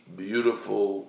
beautiful